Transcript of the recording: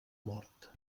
mort